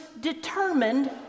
determined